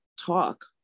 talk